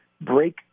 break